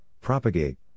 propagate